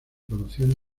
conocían